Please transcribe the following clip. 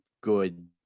good